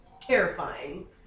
terrifying